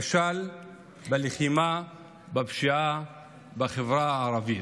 כשל בלחימה בפשיעה בחברה הערבית.